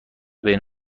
بین